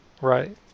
Right